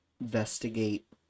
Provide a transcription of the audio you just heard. investigate